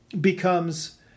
becomes